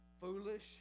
foolish